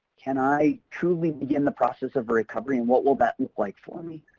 can i truly begin the process of recovering what will that look like for me?